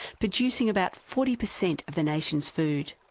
producing about forty percent of the nation's food.